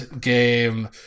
game